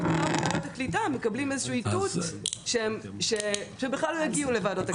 ומתוך ועדות הקליטה מקבלים איזשהו איתות שבכלל לא הגיעו לוועדות הקליטה.